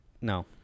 No